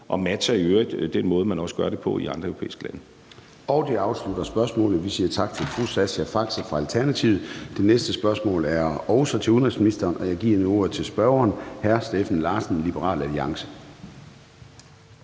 og matcher i øvrigt den måde, man også gør det på i andre europæiske lande. Kl. 13:07 Formanden (Søren Gade): Det afslutter spørgsmålet. Vi siger tak til fru Sascha Faxe fra Alternativet. Det næste spørgsmål er også til udenrigsministeren, og jeg giver nu ordet til spørgeren, hr. Steffen Larsen, Liberal Alliance.